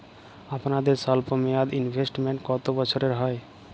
আপনাদের স্বল্পমেয়াদে ইনভেস্টমেন্ট কতো বছরের হয়?